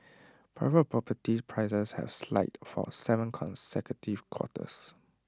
private property prices have slide for Seven consecutive quarters